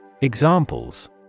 Examples